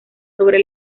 sobre